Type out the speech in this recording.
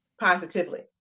positively